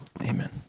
Amen